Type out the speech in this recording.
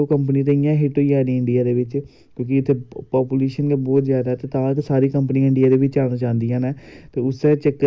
बच्चें ई डरैक्ट मिलना चाहिदा जेह्ड़ी बच्चे रिफरैशमैंट जेह्ड़ी बी गौरमैंट ने फंड दित्ते दा ऐ ते ओह् बच्चें गी मिलना गै मिलना चाहिदा